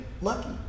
lucky